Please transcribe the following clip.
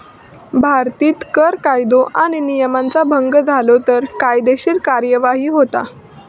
भारतीत कर कायदो आणि नियमांचा भंग झालो तर कायदेशीर कार्यवाही होता